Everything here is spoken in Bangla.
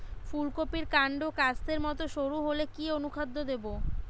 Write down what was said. ফুলকপির কান্ড কাস্তের মত সরু হলে কি অনুখাদ্য দেবো?